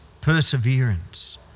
perseverance